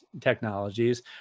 technologies